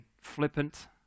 flippant